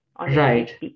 right